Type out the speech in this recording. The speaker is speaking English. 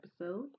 episode